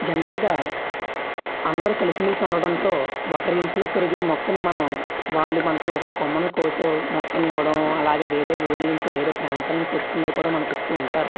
జనరల్గా అందరూ కలిసిమెలిసి ఉండడంతో ఒకరి ఇంట్లో పెరిగే మొక్కని మనం వాళ్లు మనకి ఒక కొమ్మను కోసి ఓ మొక్కనివ్వడం అలాగే వేరే ఊరి నుంచి వేరే ప్రాంతాల నుంచి తెచ్చుకున్నవి కూడా మనకు ఇస్తూ ఉంటారు